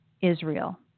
Israel